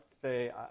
say